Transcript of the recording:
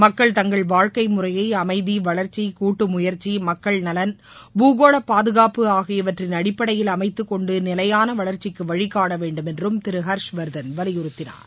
மக்கள் தங்கள் வாழ்க்கை முறையை அமைதி வளர்ச்சி கூட்டு முயற்சி மக்கள் நலன் பூகோள பாதுகாப்பு ஆகியவற்றின் அடிப்படையில் அமைத்துக்கொண்டு நிலையான வளர்ச்சிக்கு வழி காணவேண்டும் என்றம் திரு ஹர்ஷ் வர்தன் வலியுறுத்தினார்